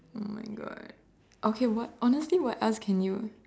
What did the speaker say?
oh my God okay what honestly what else can you